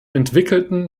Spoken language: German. entwickelten